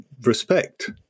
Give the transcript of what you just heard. respect